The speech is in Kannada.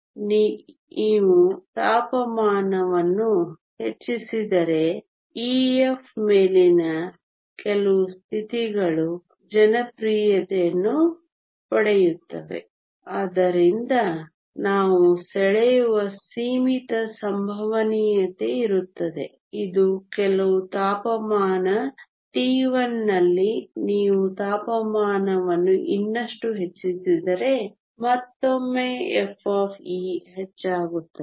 ಈಗ ನೀವು ತಾಪಮಾನವನ್ನು ಹೆಚ್ಚಿಸಿದರೆ Ef ಮೇಲಿನ ಕೆಲವು ಸ್ಥಿತಿಗಳು ಜನಪ್ರಿಯತೆಯನ್ನು ಪಡೆಯುತ್ತವೆ ಆದ್ದರಿಂದ ನಾವು ಸೆಳೆಯುವ ಸೀಮಿತ ಸಂಭವನೀಯತೆ ಇರುತ್ತದೆ ಇದು ಕೆಲವು ತಾಪಮಾನ T1 ನಲ್ಲಿ ನೀವು ತಾಪಮಾನವನ್ನು ಇನ್ನಷ್ಟು ಹೆಚ್ಚಿಸಿದರೆ ಮತ್ತೊಮ್ಮೆ f ಹೆಚ್ಚಾಗುತ್ತದೆ